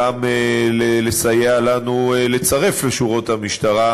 וגם לסייע לנו לצרף לשורות המשטרה